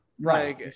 right